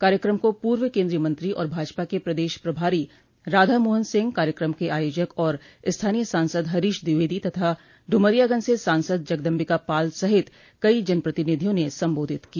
कार्यक्रम को पूर्व केन्द्रीय मंत्री और भाजपा के प्रदेश प्रभारी राधा मोहन सिंह कार्यक्रम के आयोजक और स्थानीय सांसद हरीश द्विवेदी तथा डुमरियागंज से सांसद जगदम्बिका पाल सहित कई जनप्रतिनिधियों ने सम्बोधित किया